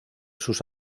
sus